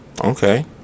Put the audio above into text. okay